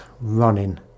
running